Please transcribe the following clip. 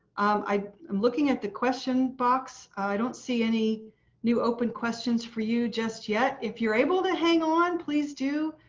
i am looking at the question box. i don't see any new open questions for you just yet. if you're able to hang on, please do.